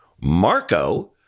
Marco